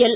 L